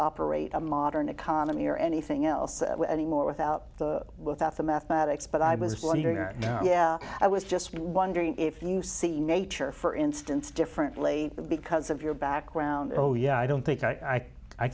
operate a modern economy or anything else anymore without without the mathematics but i was wondering or yeah i was just wondering if you see nature for instance differently because of your background oh yeah i don't think i